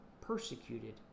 persecuted